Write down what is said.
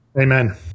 amen